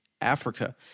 Africa